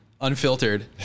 unfiltered